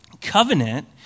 covenant